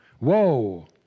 woe